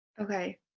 Okay